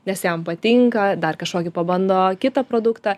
nes jam patinka dar kažkokį pabando kitą produktą